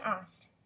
asked